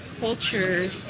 culture